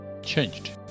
changed